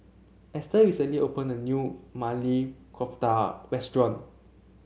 Easter recently opened a new Maili Kofta Restaurant